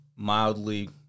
mildly